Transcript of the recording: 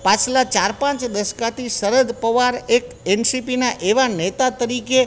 પાછલા ચાર પાંચ દસકાથી સરદ પવાર એક એનસીપીના એવા નેતા તરીકે